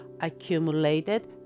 accumulated